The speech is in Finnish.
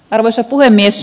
arvoisa puhemies